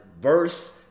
verse